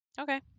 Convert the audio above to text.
Okay